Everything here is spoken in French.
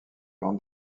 grande